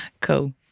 Cool